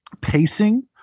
pacing